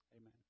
Amen